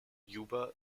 juba